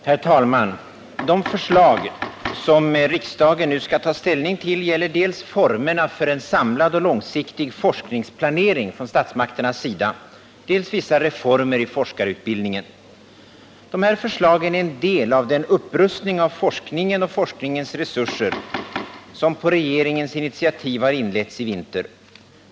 Herr talman! De förslag som riksdagen nu skall ta ställning till gäller dels formerna för en samlad och långsiktig forskningsplanering från statsmakternas sida, dels vissa reformer i forskarutbildningen. De här förslagen är en del av den upprustning av forskningen och forskningens resurser som på regeringens initiativ har inletts i vinter.